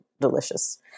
delicious